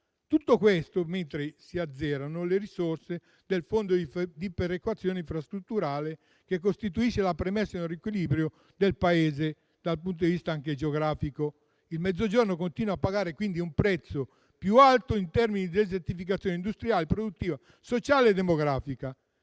Tutto questo mentre si azzerano le risorse del Fondo di perequazione infrastrutturale, che costituisce la premessa di un riequilibrio del Paese, anche dal punto di vista geografico. Il Mezzogiorno continua a pagare un prezzo più alto in termini di desertificazione industriale, produttiva, sociale e demografica.